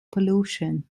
pollution